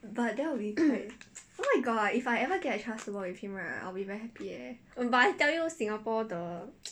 but I tell you singapore the